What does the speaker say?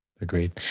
agreed